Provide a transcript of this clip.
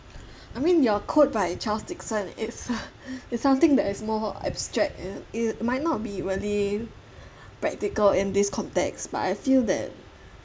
I mean your quote by charles dixon it's it's something that is more abstract and it might not be really practical in this context but I feel that